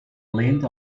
length